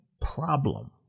problem